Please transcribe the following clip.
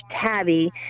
tabby